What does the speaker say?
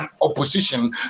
opposition